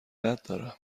دارم